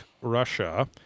Russia